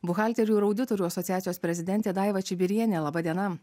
buhalterių ir auditorių asociacijos prezidentė daiva čibirienė laba diena